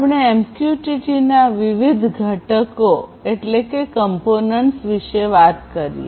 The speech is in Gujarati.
આપણે એમક્યુટીટીના વિવિધ ઘટકો વિશે વાત કરીએ